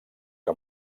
que